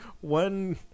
One